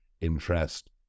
interest